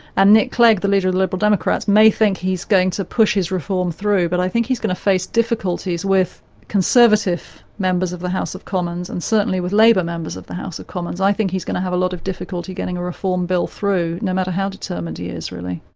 and nick clegg, the leader of the liberal democrats, may think he's going to push his reform through, but i think he's going to face difficulties with conservative members of the house of commons and certainly with labour members of the house of commons. i think he's going to have a lot of difficulty getting reform bill through, no matter how determined he is really.